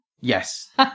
Yes